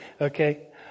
Okay